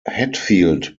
hatfield